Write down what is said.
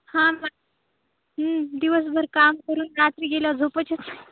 हा दिवसभर काम करून रात्री गेल्यावर झोपच